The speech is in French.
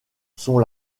sont